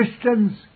Christians